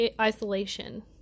isolation